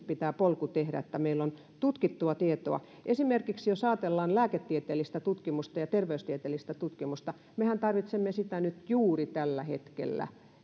pitää polku tehdä että meillä on tutkittua tietoa esimerkiksi jos ajatellaan lääketieteellistä tutkimusta ja terveystieteellistä tutkimusta mehän tarvitsemme sitä nyt juuri tällä hetkellä